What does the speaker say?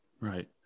Right